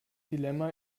dilemma